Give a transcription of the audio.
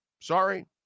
Sorry